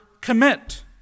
commit